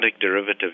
derivative